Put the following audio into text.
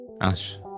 Ash